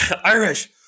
Irish